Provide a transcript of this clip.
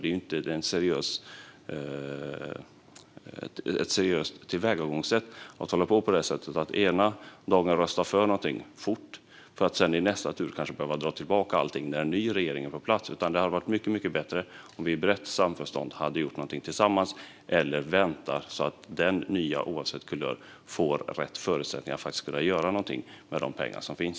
Det är inte ett seriöst tillvägagångssätt att ena dagen fort rösta för någonting för att i nästa tur kanske behöva dra tillbaka allting när en ny regering är på plats. Det hade varit mycket bättre om vi i brett samförstånd hade gjort någonting tillsammans eller väntat så att den nya regeringen oavsett kulör får rätt förutsättningar att kunna göra någonting med de pengar som finns.